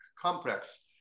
complex